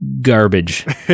Garbage